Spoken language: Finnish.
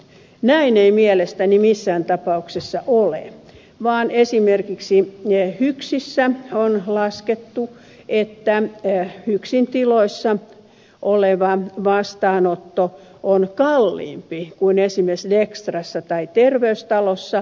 näin ei mielestäni missään tapauksessa ole vaan esimerkiksi hyksissä on laskettu että hyksin tiloissa oleva vastaanotto on kalliimpi kuin esimerkiksi dextrassa tai terveystalossa